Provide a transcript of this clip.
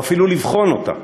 או אפילו לבחון אותה,